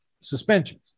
suspensions